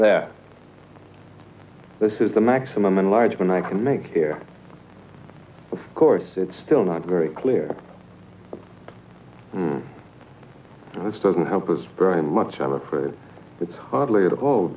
that this is the maximum enlargement i can make here of course it's still not very clear this doesn't help us very much i'm afraid it's hardly at all